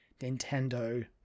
nintendo